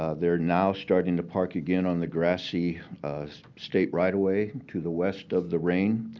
ah they're now starting to park again on the grassy state right-of-way to the west of the reign.